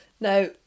Now